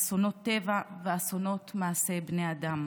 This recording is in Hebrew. אסונות טבע ואסונות מעשה בני אדם.